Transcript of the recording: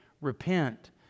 repent